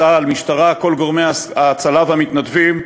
צה"ל, המשטרה, כל גורמי ההצלה והמתנדבים.